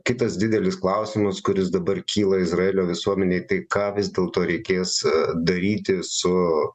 kitas didelis klausimas kuris dabar kyla izraelio visuomenei tai ką vis dėlto reikės daryti su